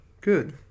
Good